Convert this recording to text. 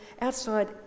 outside